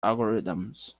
algorithms